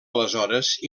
aleshores